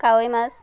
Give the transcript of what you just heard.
কাৱৈ মাছ